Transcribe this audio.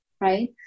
right